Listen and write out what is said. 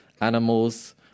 animals